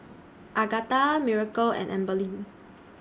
Agatha Miracle and Amberly